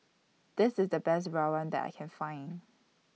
This IS The Best Rawon that I Can Find